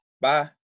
Bye